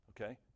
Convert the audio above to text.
Okay